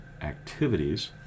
activities